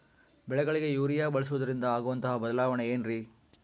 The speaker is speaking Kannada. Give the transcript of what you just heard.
ಬೆಳೆಗಳಿಗೆ ಯೂರಿಯಾ ಬಳಸುವುದರಿಂದ ಆಗುವಂತಹ ಬದಲಾವಣೆ ಏನ್ರಿ?